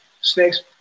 snakes